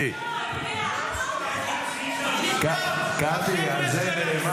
קטי, על זה נאמר